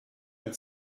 ein